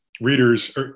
Readers